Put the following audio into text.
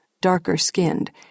darker-skinned